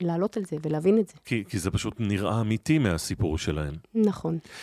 להעלות על זה ולהבין את זה. כי זה פשוט נראה אמיתי מהסיפור שלהם. נכון.